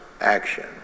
action